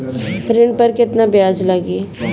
ऋण पर केतना ब्याज लगी?